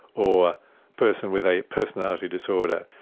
or person with a personality disorder,